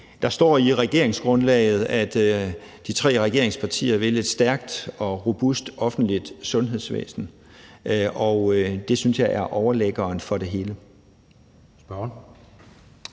Der står i regeringsgrundlaget, at de tre regeringspartier vil et stærkt og robust offentligt sundhedsvæsen, og det synes jeg er overliggeren for det hele.